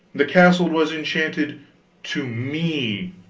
the castle was enchanted to me,